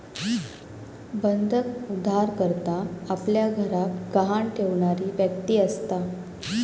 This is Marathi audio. बंधक उधारकर्ता आपल्या घराक गहाण ठेवणारी व्यक्ती असता